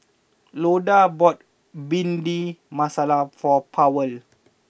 Loda bought Bhindi Masala for Powell